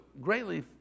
greatly